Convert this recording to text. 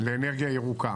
לאנרגיה ירוקה,